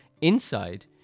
Inside